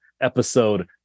episode